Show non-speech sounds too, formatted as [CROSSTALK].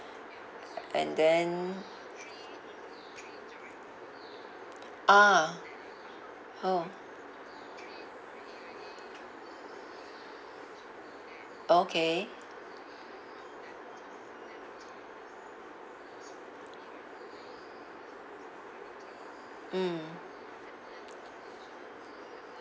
[NOISE] and then ah orh okay mm